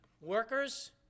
Workers